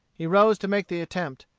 he rose to make the attempt.